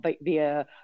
via